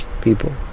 People